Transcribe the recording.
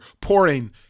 pouring